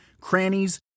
crannies